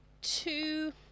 two